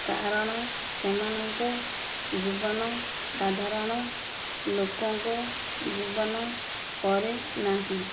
କାରଣ ସେମାନଙ୍କ ଜୀବନ ସାଧାରଣ ଲୋକଙ୍କ ଜୀବନ ପରେ ନାହିଁ